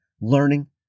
learning